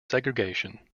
segregation